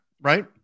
right